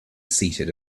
seated